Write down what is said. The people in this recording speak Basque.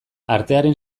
artearen